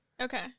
Okay